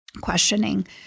questioning